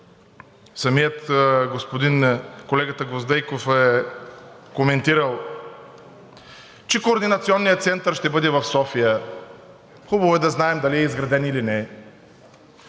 самият колега Гвоздейков е коментирал, че Координационният център ще бъде в София. Хубаво е да знаем дали е изграден или не?